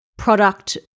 product